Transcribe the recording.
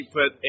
put